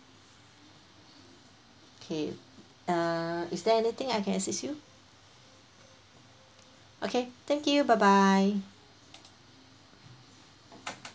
K uh is there anything I can assist you okay thank you bye bye